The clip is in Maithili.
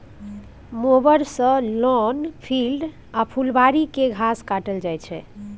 मोबर सँ लॉन, फील्ड आ फुलबारी केर घास काटल जाइ छै